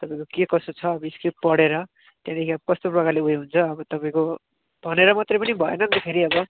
तपाईँको के कसो छ हामी स्क्रिप्ट पढेर त्यहाँदेखि अब कस्तो प्रकारले उयो हुन्छ अब तपाईँको भनेर मात्रै पनि भएन नि त फेरि अब